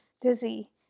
Dizzy